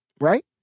Right